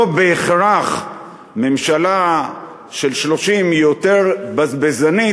לא בהכרח ממשלה של 30 היא יותר בזבזנית